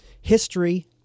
History